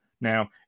Now